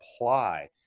apply